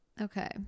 Okay